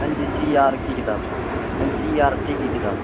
N G C R کی کتاب N C E R T کی کتاب